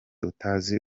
utazi